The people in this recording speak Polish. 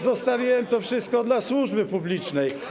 Zostawiłem to wszystko dla służby publicznej.